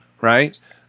right